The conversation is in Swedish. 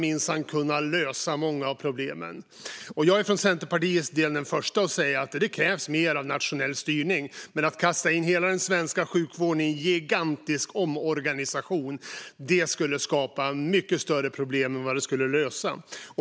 Jag är för Centerpartiets del den första att säga att det krävs mer av nationell styrning, men att kasta in hela den svenska sjukvården i en gigantisk omorganisation skulle skapa mycket större problem än det skulle lösa.